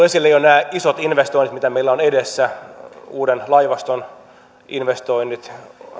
esille jo nämä isot investoinnit mitä meillä on edessä uuden laivaston investoinnit